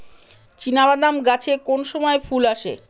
চিনাবাদাম গাছে কোন সময়ে ফুল আসে?